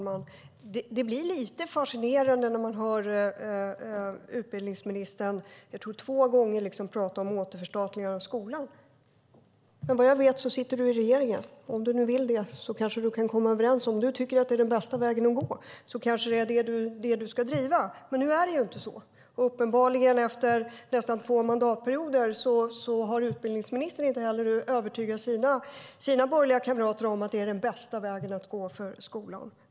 Fru talman! Det är fascinerande att höra utbildningsministern två gånger tala om återförstatligande av skolan. Vad jag vet så sitter du, Jan Björklund, i regeringen. Om du tycker att det är den bästa vägen att gå kanske det är den frågan du ska driva. Nu är det inte så. Efter nästan två mandatperioder har utbildningsministern uppenbarligen inte övertygat sina borgerliga kamrater om att det är den bästa vägen att gå för skolan.